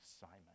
simon